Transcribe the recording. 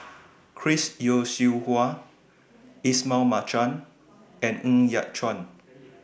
Chris Yeo Siew Hua Ismail Marjan and Ng Yat Chuan